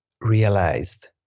realized